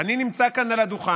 אני נמצא פה על הדוכן